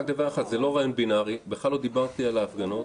זה לא רעיון בינארי, בכלל לא דיברתי על ההפגנות.